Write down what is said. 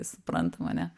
suprantama ne